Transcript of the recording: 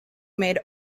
made